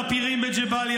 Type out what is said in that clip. נלחם בפירים בג'באליה,